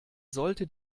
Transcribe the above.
sollte